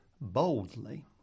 boldly